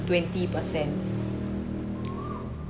twenty percent